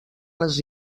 les